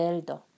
Eldo